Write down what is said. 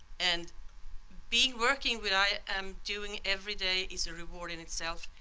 and being working but i am doing every day is a reward in itself.